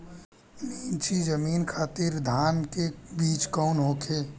नीची जमीन खातिर धान के बीज कौन होखे?